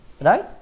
right